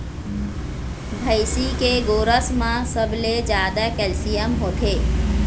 भइसी के गोरस म सबले जादा कैल्सियम होथे